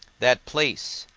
that place,